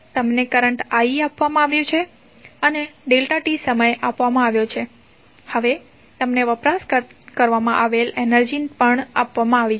તમને current i આપવામાં આવ્યો છે તમને ∆t સમય આપવામાં આવ્યો છે અને હવે તમને વપરાશ કરવામાં આવેલી એનર્જી પણ આપવામાં આવી છે